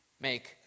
make